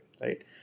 right